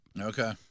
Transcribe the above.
okay